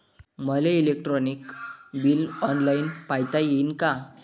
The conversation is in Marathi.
मले इलेक्ट्रिक बिल ऑनलाईन पायता येईन का?